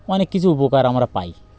অনেক কিছু উপকার আমরা পাই